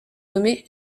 nommé